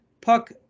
Puck